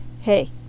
hey